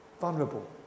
Vulnerable